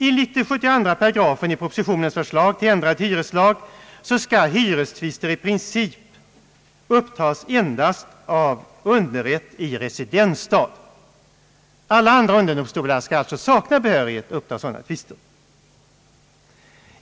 Enligt 72 § i propositionens förslag till ändrad hyreslag skall hyrestvister i princip upptas endast av underrätt i residensstad. Alla andra un derdomstolar skall alltså sakna behörighet att uppta sådana tvister.